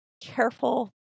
careful